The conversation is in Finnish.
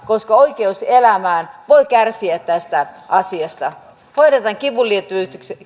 koska oikeus elämään voi kärsiä tästä asiasta hoidetaan kivunlievitys